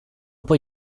poi